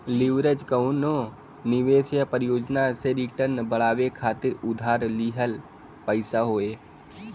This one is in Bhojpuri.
लीवरेज कउनो निवेश या परियोजना से रिटर्न बढ़ावे खातिर उधार लिहल पइसा हौ